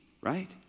right